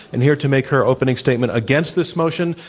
and here to make her opening statement against this motion,